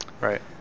Right